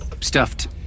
stuffed